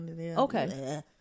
okay